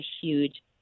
huge